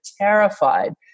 terrified